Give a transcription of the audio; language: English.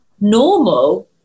normal